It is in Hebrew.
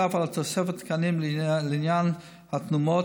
נוסף על תוספת תקנים לעניין התנומות,